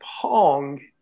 Pong